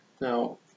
Now